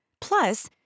plus